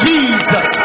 Jesus